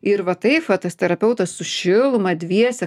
ir va taip va tas terapeutas su šilumą dviese